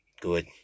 good